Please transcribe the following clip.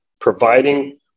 providing